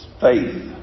Faith